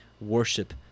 worship